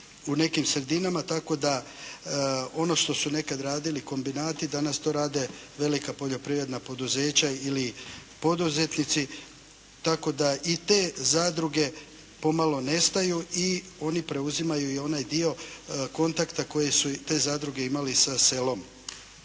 u nekim sredinama tako da ono što su nekad radili kombinati danas to rade velika poljoprivredna poduzeća ili poduzetnici tako da i te zadruge pomalo nestaju i oni preuzimaju i onaj dio kontakta koji su te zadruge imale sa selom.